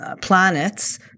planets